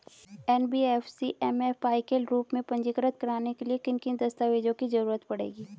NBFC MFI के रूप में पंजीकृत कराने के लिए किन किन दस्तावेजों की जरूरत पड़ेगी?